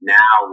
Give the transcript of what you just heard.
now